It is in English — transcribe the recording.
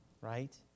Right